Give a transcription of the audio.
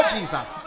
Jesus